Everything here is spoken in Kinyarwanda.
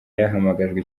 yahamagajwe